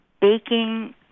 baking